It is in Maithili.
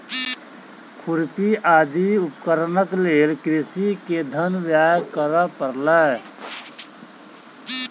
खुरपी आदि उपकरणक लेल कृषक के धन व्यय करअ पड़लै